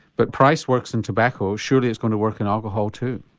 but price works in tobacco, surely it's going to work in alcohol too?